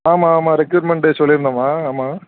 ஆமா ஆமா ரெக்யூர்மெண்ட்டு சொல்லிருந்தம்மா ஆமா